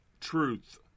truth